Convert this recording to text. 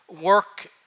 work